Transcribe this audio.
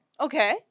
Okay